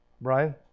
Brian